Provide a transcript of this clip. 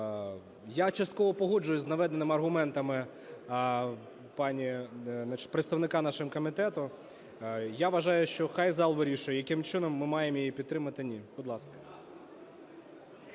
Я частково погоджуюсь з наведеними аргументами пані, значить, представника нашого комітету. Я вважаю, що хай зал вирішує яким чином ми маємо її підтримати, ні. Будь ласка.